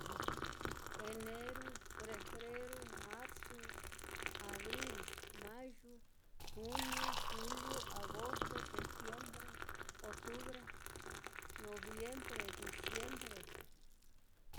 Eneru, fefreru, marzu, abril, mayu, juniu, juliu, agosto, septiembre, otubre, noviembre, diciembre.